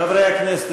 חברי הכנסת,